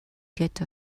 get